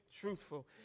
truthful